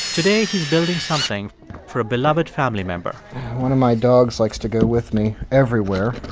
today, he's building something for a beloved family member one of my dogs likes to go with me everywhere,